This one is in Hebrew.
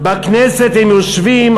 / בכנסת הם יושבים,